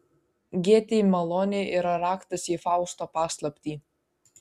gėtei malonė yra raktas į fausto paslaptį